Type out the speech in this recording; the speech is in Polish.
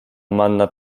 manna